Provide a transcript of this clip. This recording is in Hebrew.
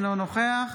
אינו נוכח